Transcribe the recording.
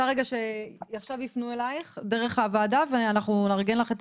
אנחנו נארגן לך את